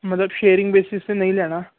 ਮਤਲਬ sharing basis 'ਤੇ ਨਹੀਂ ਲੈਣਾ